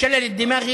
בשיתוק מוחין,